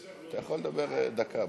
אתה יכול לדבר דקה.